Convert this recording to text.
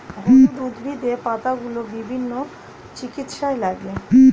হলুদ উদ্ভিদের পাতাগুলো বিভিন্ন চিকিৎসায় লাগে